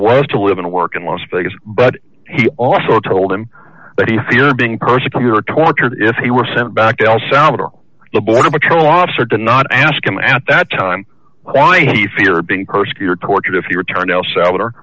was to live and work in las vegas but he also told him that he feared being persecuted tortured if he were sent back to el salvador the border patrol officer did not ask him at that time why he feared being persecuted tortured if he returned el salvador